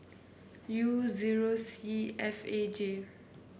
U zero C F A J